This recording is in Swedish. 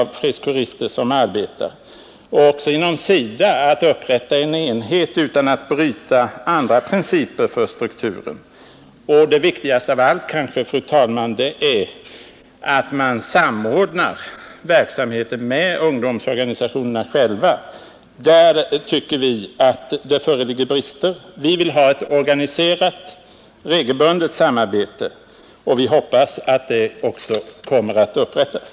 Vi tror också att det inom SIDA går att upprätta en enhet utan att bryta med andra principer för den administrativa strukturen. Det kanske viktigaste av allt, fru talman, är att fredskårsarbetet sker i samråd med ungdomsorganisationerna. Där tycker vi att det för närvarande brister. Vi vill ha ett organiserat, regelbundet samarbete, och det hoppas vi kommer att upprättas.